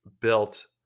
built